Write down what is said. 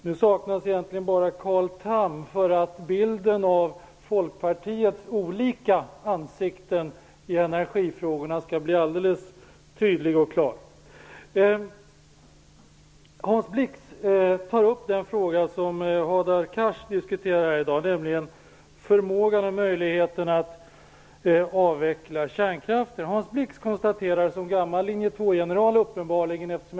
Nu saknas egentligen bara Carl Tham för att bilden av Folkpartiets olika ansikten i energifrågorna skall bli alldeles tydlig och klar. Hans Blix tar upp den fråga som Hadar Cars diskuterar här i dag, nämligen förmågan och möjligheten att avveckla kärnkraften. Hans Blix uttalar sig uppenbarligen som gammal linje-2 general.